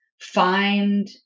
find